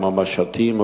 כמו משטים,